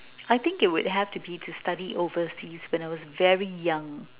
I think it would have to be to study overseas when I was very young